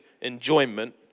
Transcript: enjoyment